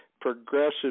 progressive